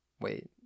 Wait